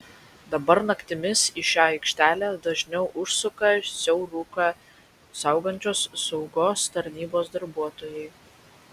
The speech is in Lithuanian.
dabar naktimis į šią aikštelę dažniau užsuka siauruką saugančios saugos tarnybos darbuotojai